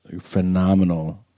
phenomenal